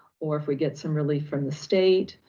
or if we get some relief from the state,